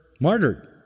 martyred